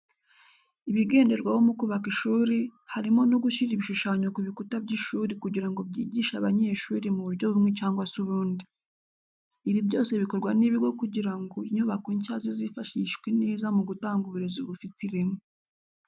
Ibigenderwaho mu kubaka ishuri, harimo no gushyira ibishushanyo ku bikuta by'ishuri kugira ngo byigishe abanyeshuri mu buryo bumwe cyangwa se ubundi. Ibi byose bikorwa n'ibigo kugira ngo inyubako nshya zizifashishwe neza mu gutanga uburezi bufite ireme.